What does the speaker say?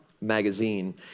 magazine